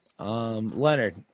Leonard